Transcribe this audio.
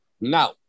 Now